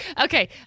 Okay